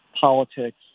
politics